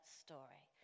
story